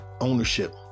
ownership